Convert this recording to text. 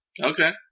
Okay